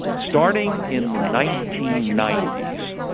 starting in the nineteen ninety s,